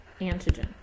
antigen